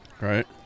Right